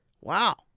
wow